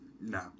No